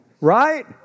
Right